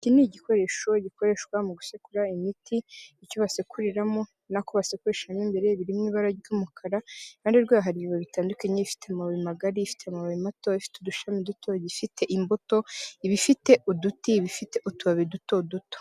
Iki ni igikoresho gikoreshwa mu gusekura imiti, icyo basekuriramo, n'ako basekurisha mo imbere, biri mu ibara ry'umukara, iruhande rwayo hari ibibabi bitandukanye, ibifite amabi magari, ibifite amababi mato, ibifite udushami duto, ibifite imbuto, ibifite uduti, ibifite utubabi duto duto.